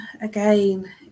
again